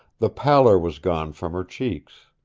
the pallor was gone from her cheeks.